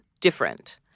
different